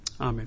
Amen